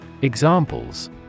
Examples